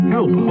Help